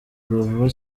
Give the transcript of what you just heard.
vuba